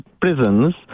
prisons